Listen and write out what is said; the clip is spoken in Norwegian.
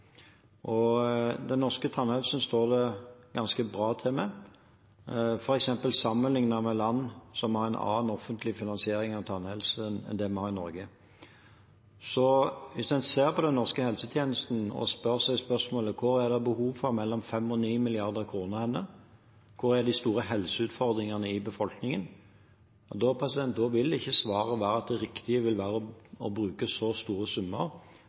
Den norske tannhelsen står det ganske bra til med, f.eks. sammenlignet med land som har en annen offentlig finansiering av tannhelse enn det vi har i Norge. Hvis en ser på den norske helsetjenesten og stiller seg spørsmålet: Hvor er det behov for mellom 5 mrd. kr og 9 mrd. kr? Hvor er de store helseutfordringene i befolkningen? Da vil ikke svaret være at det riktige vil være å bruke så store summer